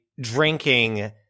drinking